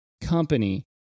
company